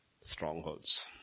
Strongholds